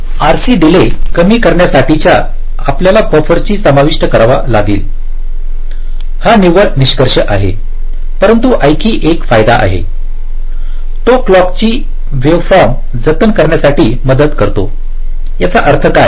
तर RC delay कमी करण्यासाठी आपल्याला बफर समाविष्ट करावे लागतील हा निव्वळ निष्कर्ष आहे परंतु आणखी एक फायदा आहे तो क्लॉक ची वेव्हफॉर्म जतन करण्यास मदत करतो याचा अर्थ काय